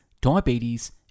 diabetes